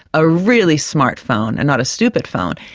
a really smart phone and not a stupid phone?